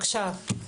צריך להתחיל עכשיו.